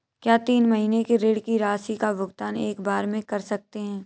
क्या तीन महीने के ऋण की राशि का भुगतान एक बार में कर सकते हैं?